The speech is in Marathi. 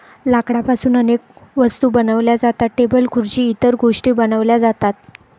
लाकडापासून अनेक वस्तू बनवल्या जातात, टेबल खुर्सी इतर गोष्टीं बनवल्या जातात